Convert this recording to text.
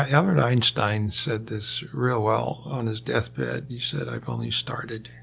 albert einstein said this real well on his death bed. he said i've only started.